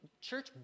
church